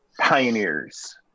pioneers